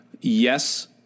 Yes